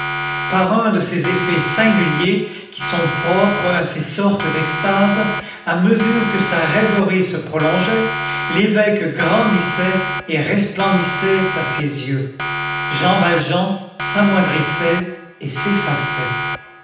par un de ces effets singuliers qui sont propres à ces sortes d'extases à mesure que sa rêverie se prolongeait l'évêque grandissait et resplendissait à ses yeux jean valjean s'amoindrissait et